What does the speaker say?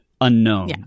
unknown